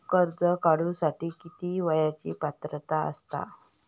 कर्ज काढूसाठी किती वयाची पात्रता असता?